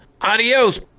Adios